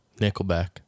Nickelback